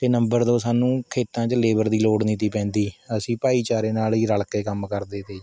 ਅਤੇ ਨੰਬਰ ਦੋ ਸਾਨੂੰ ਖੇਤਾਂ ਵਿੱਚ ਲੇਬਰ ਦੀ ਲੋੜ ਨਹੀਂ ਤੀ ਪੈਂਦੀ ਅਸੀਂ ਭਾਈਚਾਰੇ ਨਾਲ ਹੀ ਰਲ਼ ਕੇ ਕੰਮ ਕਰਦੇ ਤੇ